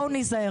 בואו נזהר